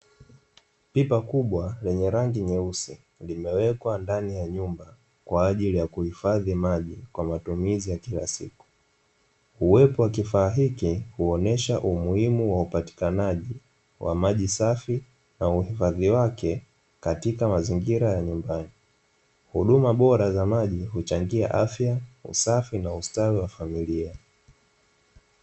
Pipa kubwa lenye rangi nyeusi limewekwa ndani ya nyumba kwa ajili ya kuhifadhi maji kwa matumizi ya kila siku, uwepo wa kifaa hiki huonyesha umuhimu wa upatikanaji wa maji safi na uhifadhi wake katika mazingira ya nyumbani. Huduma bora za maji huchangia afya, usafi na ustawi wa familia.